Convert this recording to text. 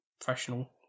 professional